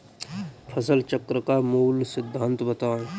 फसल चक्र का मूल सिद्धांत बताएँ?